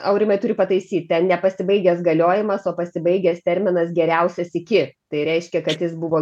aurimai turiu pataisyt ten nepasibaigęs galiojimas o pasibaigęs terminas geriausias iki tai reiškia kad jis buvo